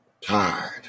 Tired